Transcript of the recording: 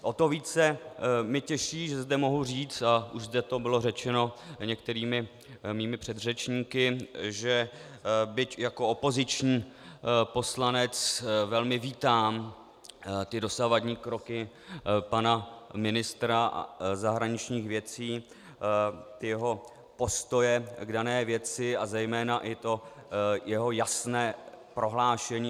O to více mě těší, že zde mohu říct, a už zde to bylo řečeno některými mými předřečníky, že byť jako opoziční poslanec velmi vítám dosavadní kroky pana ministra zahraničních věcí, jeho postoje k dané věci a zejména i jeho jasné prohlášení.